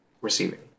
receiving